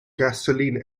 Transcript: gasoline